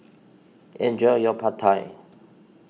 enjoy your Pad Thai